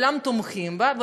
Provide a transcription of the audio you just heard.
כולם תומכים בה,